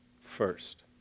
first